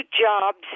jobs